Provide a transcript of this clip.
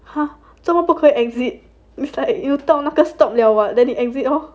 !huh! 真的不可以 exit is like 到那个 stop liao [what] then you exit orh